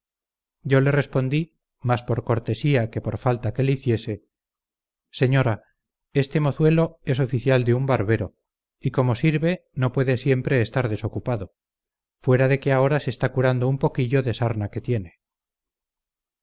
yo le respondí más por cortesía que por falta que le hiciese señora este mozuelo es oficial de un barbero y como sirve no puede siempre estar desocupado fuera de que ahora se está curando un poquillo de sarna que tiene